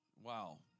wow